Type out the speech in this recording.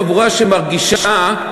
חבורה שמרגישה,